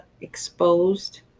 exposed